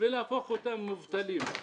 הופכים אותם למובטלים.